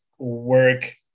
work